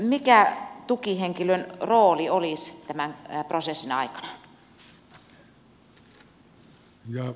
mikä tukihenkilön rooli olisi tämän prosessin aikana